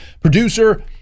producer